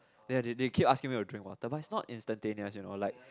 ya they they keep asking me to drink water but it's not instantaneous you know like